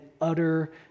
utter